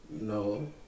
no